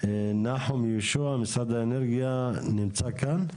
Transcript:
נחום יהושע, משרד האנרגיה נמצא כאן?